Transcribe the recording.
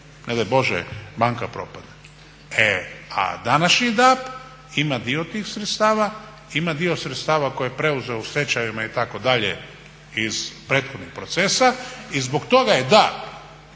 ne daj Bože banka propadne. A današnji DAB ima dio tih sredstava, ima dio sredstava koje je preuzeo u stečajevima itd. iz prethodnih procesa i zbog toga se DAB